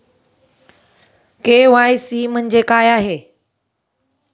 KYC म्हणजे काय आहे?